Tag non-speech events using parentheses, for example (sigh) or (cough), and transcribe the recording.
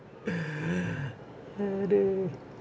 (breath) adui